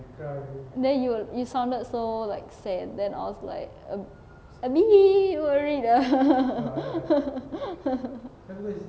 then you will you sounded so like sad then I was like a a bit worried ah